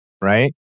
right